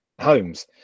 homes